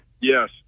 Yes